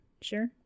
Sure